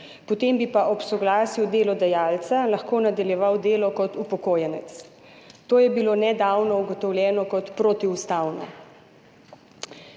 potem bi pa ob soglasju delodajalca lahko nadaljeval delo kot upokojenec. To je bilo nedavno ugotovljeno kot protiustavno.